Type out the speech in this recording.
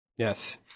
Yes